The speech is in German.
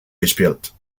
gespielt